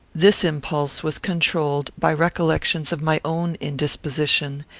this impulse was controlled by recollections of my own indisposition,